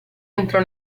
entrò